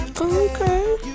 Okay